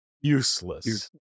useless